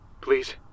please